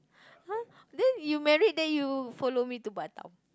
!huh! then you married then you follow me to Batam